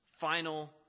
final